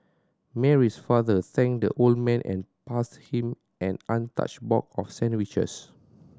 Mary's father thanked the old man and passed him an untouched box of sandwiches